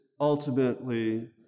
ultimately